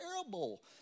terrible